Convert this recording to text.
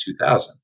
2000